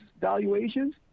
valuations